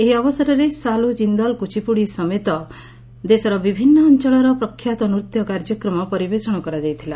ଏହି ଅବସରରେ ସାଲୁ ଜିନ୍ଦଲ କୁଚିପୁଡ଼ି ସମେତ ଦେଶର ବିଭିନ୍ ଅଞ୍ଚଳର ପ୍ରଖ୍ୟାତ ନୂତ୍ୟ କାର୍ଯ୍ୟକ୍ରମ ପରିବେଷଣ କରାଯାଇଥିଲା